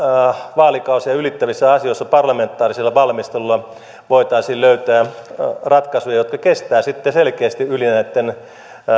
vaalikausia ylittävissä asioissa parlamentaarisella valmistelulla voitaisiin löytää ratkaisuja jotka kestävät sitten selkeästi yli näitten